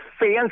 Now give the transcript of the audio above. fans